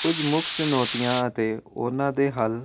ਕੁਝ ਮੁੱਖ ਚੁਣੌਤੀਆਂ ਅਤੇ ਉਹਨਾਂ ਦੇ ਹੱਲ